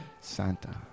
Santa